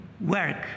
work